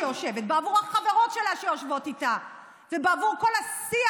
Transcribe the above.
בעבור החברות שלה שיושבות איתה ובעבור כל השיח